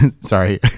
sorry